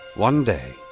one day,